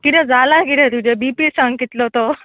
किदें जाला किदें तुजें बी पी सांग कितलो तो